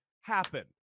happen